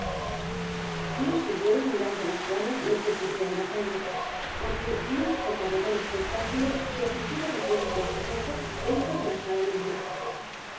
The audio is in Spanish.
no siguieron mirando las juanas lo que ocurría en la calle porque más conmovedor espectáculo se ofreció de repente á sus ojos dentro de la sala misma